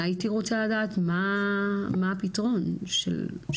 והייתי רוצה לדעת מה הפתרון שלכם?